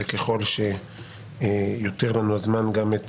וככל שיותיר לנו הזמן גם את